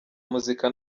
muzika